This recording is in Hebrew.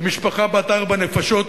למשפחה בת ארבע נפשות,